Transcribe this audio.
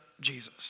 Jesus